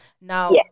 Now